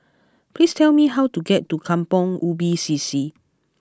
please tell me how to get to Kampong Ubi C C